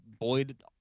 Boyd